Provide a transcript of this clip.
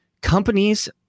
Companies